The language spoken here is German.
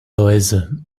läuse